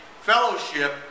fellowship